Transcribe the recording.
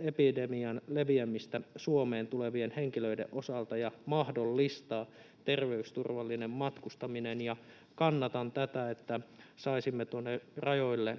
epidemian leviämistä Suomeen tulevien henkilöiden osalta ja mahdollistaa ter- veysturvallinen matkustaminen.” Kannatan tätä, että saisimme tuonne rajoille